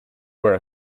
where